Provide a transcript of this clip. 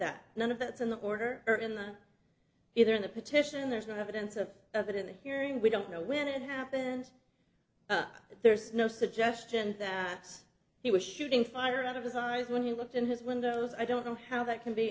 that none of that's in the order or in the either in the petition there's no evidence of that in the hearing we don't know when it happened but there's no suggestion that he was shooting fire out of his eyes when he looked in his windows i don't know how that can be